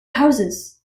houses